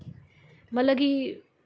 मतलब कि